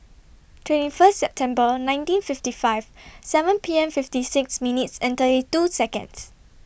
twenty First September nineteen fifty five seven P M fifty six minutes thirty two Seconds